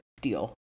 deal